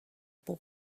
boy